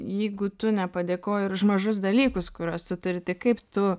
jeigu tu nepadėkoji ir už mažus dalykus kuriuos tu turi tik kaip tu